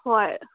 ꯍꯣꯏ